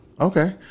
okay